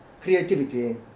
creativity